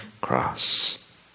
cross